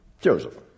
Joseph